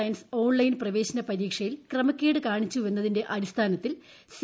science ഓൺ ്ട്ലെൻ പ്രവേശന പരീക്ഷയിൽ ക്രമക്കേട് കാണിച്ചു വെന്നതിന്റെ അടിസ്ഥാനത്തിൽ സി